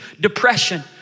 depression